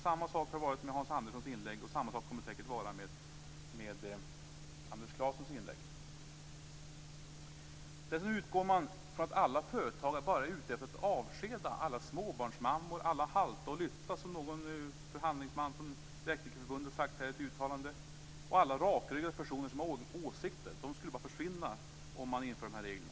Samma sak har det varit i Hans Anderssons inlägg, och det kommer säkert att vara samma sak i Anders Karlssons inlägg. Man utgår ifrån att alla företagare bara är ute efter avskeda alla småbarnsmammor och alla halta och lytta, som någon förhandlingsman från Elektrikerförbundet har sagt i ett uttalande. Alla rakryggade personer som har åsikter skulle försvinna om man införde dessa regler.